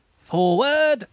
Forward